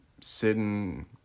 sitting